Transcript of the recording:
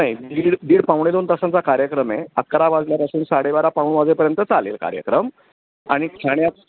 नाही दीड दीड पावणे दोन तासांचा कार्यक्रम आहे अकरा वाजल्यापासून साडेबारा पाऊण वाजेपर्यंत चालेल कार्यक्रम आणि ठाण्यात